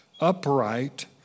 upright